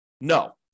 No